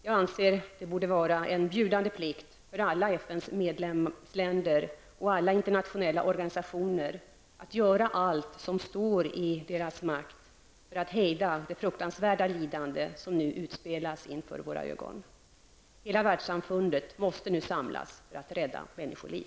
Jag anser att det borde vara en bjudande plikt för alla FNs medlemsländer och alla internationella organisationer att göra allt som står i deras makt för att hejda det fruktansvärda lidande som nu utspelas inför våra ögon. Hela världssamfundet måste nu samlas för att rädda människoliv.